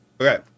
Okay